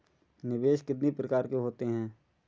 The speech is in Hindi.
निवेश कितनी प्रकार के होते हैं?